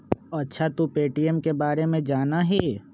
अच्छा तू पे.टी.एम के बारे में जाना हीं?